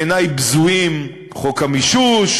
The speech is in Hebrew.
בעיני בזויים - חוק המישוש,